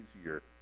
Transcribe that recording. easier